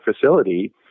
facility